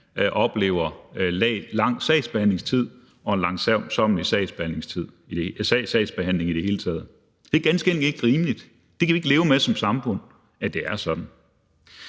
oplever en lang sagsbehandlingstid og en langsommelig sagsbehandling i det hele taget. Det er ganske enkelt ikke rimeligt. Det kan vi som samfund ikke leve med er sådan.